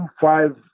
five